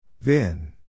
Vin